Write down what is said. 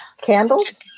Candles